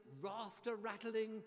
rafter-rattling